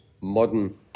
modern